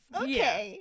okay